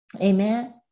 Amen